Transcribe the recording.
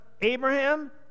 Abraham